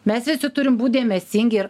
mes visi turim būt dėmesingi ir